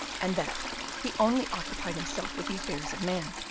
and that he only occupied himself with the affairs of man,